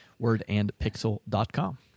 wordandpixel.com